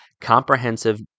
comprehensive